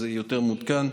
זה יותר מעודכן.